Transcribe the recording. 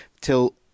till